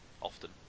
Often